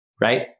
right